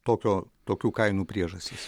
tokio tokių kainų priežastys